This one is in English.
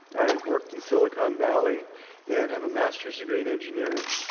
i've worked in silicon valley and have a master's degree in engineering.